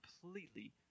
completely